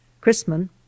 Chrisman